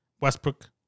Westbrook